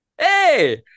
Hey